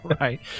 right